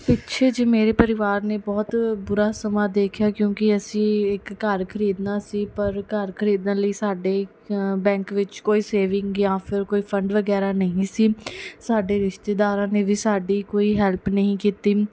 ਪਿੱਛੇ ਜਿਹੇ ਮੇਰੇ ਪਰਿਵਾਰ ਨੇ ਬਹੁਤ ਬੁਰਾ ਸਮਾਂ ਦੇਖਿਆ ਕਿਉਂਕਿ ਅਸੀਂ ਇੱਕ ਘਰ ਖਰੀਦਣਾ ਸੀ ਪਰ ਘਰ ਖਰੀਦਣ ਲਈ ਸਾਡੇ ਬੈਂਕ ਵਿੱਚ ਕੋਈ ਸੇਵਿੰਗ ਜਾਂ ਫਿਰ ਕੋਈ ਫੰਡ ਵਗੈਰਾ ਨਹੀਂ ਸੀ ਸਾਡੇ ਰਿਸ਼ਤੇਦਾਰਾਂ ਨੇ ਵੀ ਸਾਡੀ ਕੋਈ ਹੈਲਪ ਨਹੀਂ ਕੀਤੀ